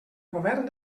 govern